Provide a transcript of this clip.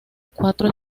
cuatro